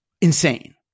insane